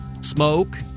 smoke